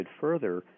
further